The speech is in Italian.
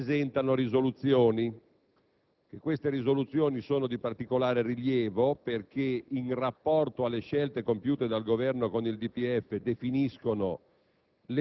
presentano risoluzioni; queste sono di particolare rilievo perché in rapporto alle scelte compiute dal Governo con il DPEF definiscono